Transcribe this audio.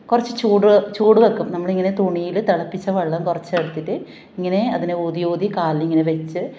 കുറച്ച് ചൂട് ചൂട് വെക്കും നമ്മളിങ്ങനെ തുണിയിൽ തിളപ്പിച്ച വെള്ളം കുറച്ചെടുത്തിട്ട് ഇങ്ങനേ അതിനെ ഊതി ഊതി കാലിങ്ങനെ വെച്ച്